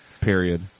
Period